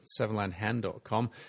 sevenlandhand.com